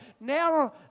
Now